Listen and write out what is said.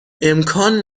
امکان